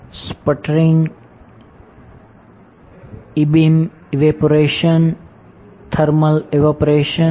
sputtering e beam evaporation thermal evaporation